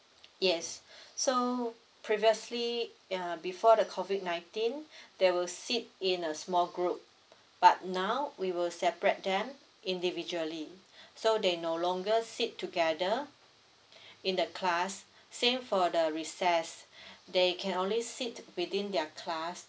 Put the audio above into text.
yes so previously uh before the COVID nineteen they will sit in a small group but now we will separate them individually so they no longer sit together in the class same for the recess they can only sit within their class